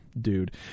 dude